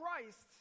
Christ